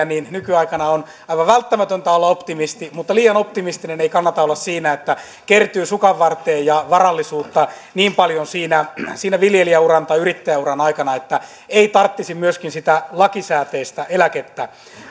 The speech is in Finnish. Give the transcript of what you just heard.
niin nykyaikana on aivan välttämätöntä olla optimisti mutta liian optimistinen ei kannata olla siinä että kertyy sukanvarteen varallisuutta niin paljon siinä siinä viljelijäuran tai yrittäjäuran aikana että ei tarvitsisi myöskin sitä lakisääteistä eläkettä